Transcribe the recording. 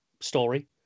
story